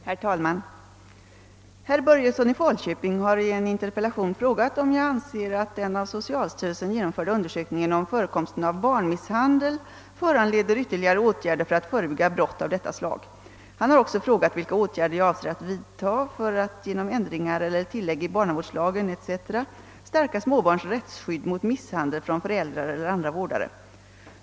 Herr talman! Herr Börjesson i Falköping har i en interpellation frågat om jag anser att den av socialstyrelsen genomförda undersökningen om förekomsten av barnmisshandel föranleder ytterligare åtgärder för att förebygga brott av detta slag. Han har också frågat vilka åtgärder jag avser att vidta för att genom ändringar eller tillägg i barnavårdslagen etc. stärka småbarns rättsskydd mot misshandel från föräldrar eller andra vårdare.